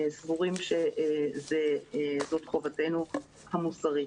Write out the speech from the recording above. סבורים שזאת חובתנו המוסרית.